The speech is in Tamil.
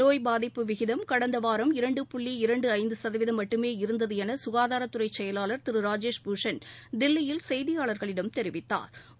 நோய் பாதிப்பு விகிதம் கடந்த வாரம் இரண்டு புள்ளி இரண்டு ஐந்து சதவீதம் மட்டுமே இருந்தது என சுகாதாரத்துறை செயலாளா் திரு ராஜேஷ் பூஷன் தில்லியில் செய்தியாளா்களிடம் தெரிவித்தாா்